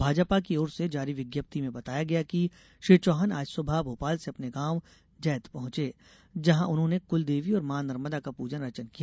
भाजपा की ओर से जारी विज्ञप्ति में बताया गया कि श्री चौहान आज सुबह भोपाल से अपने गॉव जैत पहुचे जहां उन्होंने कुल देवी और मां नर्मदा का पूजन अर्चन किया